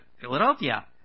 Philadelphia